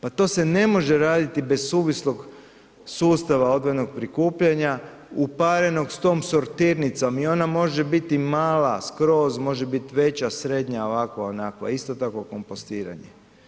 Pa to se ne može raditi bez suvislog sustava odvojenog prikupljanja uparenog s tom sortirnicom i ona može biti mala skroz, može biti veća, srednja, ovakva, onakva isto tako kompostiranje.